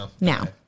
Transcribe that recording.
Now